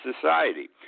society